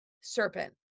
serpent